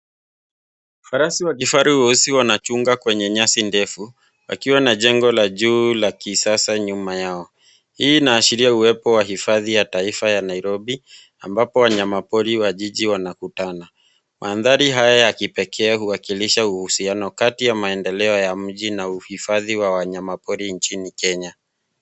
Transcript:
Farasi wa kifaru weusi wanachunga kwenye nyasi ndefu wakiwa na jengo la juu la kisasa nyuma yao. Hii inaashiria uwepo wa hifadhi ya taifa ya Nairobi ambapo wanyamapori wa jiji wanakutana. Mandhari haya ya kipekee huwakilisha uhusiano kati ya maendeleo ya miji na uhifadhi wa wanyamapori nchini Kenya.